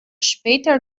später